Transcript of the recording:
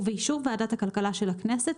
ובאישור ועדת הכלכלה של הכנסת,